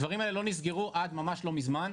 הדברים האלה לא נסגרו עד ממש לא מזמן,